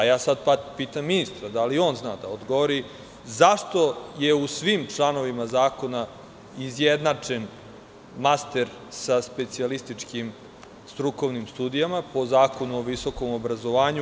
Ja sada pitam ministra, da li on zna da odgovori - zašto je u svim članovima zakona izjednačen master sa specijalističkim strukovnim studijama, po Zakonu o visokom obrazovanju?